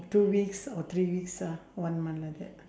two weeks or three weeks ah one month like that